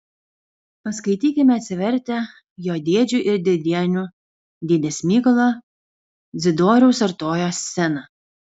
paskaitykime atsivertę jo dėdžių ir dėdienių dėdės mykolo dzidoriaus artojo sceną